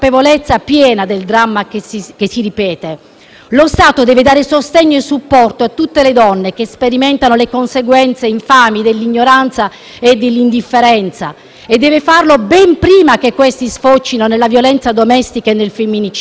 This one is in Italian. Lo Stato deve dare sostegno e supporto a tutte le donne che sperimentano le conseguenze infami dell'ignoranza e dell'indifferenza e deve farlo ben prima che queste sfocino nella violenza domestica e nel femminicidio. È fondamentale riflettere e agire sulle strutture